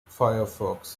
firefox